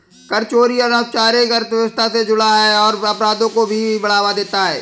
कर चोरी अनौपचारिक अर्थव्यवस्था से जुड़ा है और अपराधों को भी बढ़ावा देता है